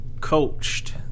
coached